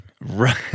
Right